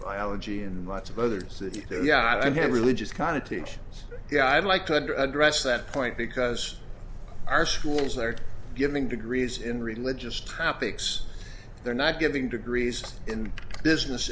biology and lots of others that yeah i've had religious connotations that i'd like to under address that point because our schools are giving degrees in religious topics they're not giving degrees in business